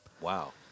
wow